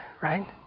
Right